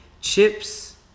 chips